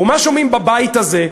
ומה שומעים בבית הזה,